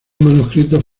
manuscritos